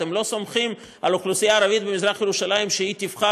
אתם לא סומכים על האוכלוסייה הערבית במזרח-ירושלים שהיא תבחר,